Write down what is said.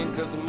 Cause